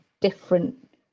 different